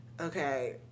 okay